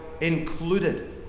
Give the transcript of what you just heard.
included